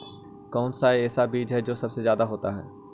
कौन सा ऐसा बीज है जो सबसे ज्यादा होता है?